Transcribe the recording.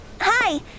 Hi